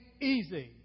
easy